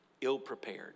ill-prepared